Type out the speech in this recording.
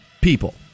people